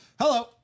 Hello